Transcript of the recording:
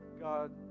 God